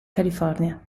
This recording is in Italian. california